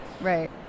Right